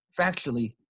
factually